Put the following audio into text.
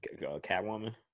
Catwoman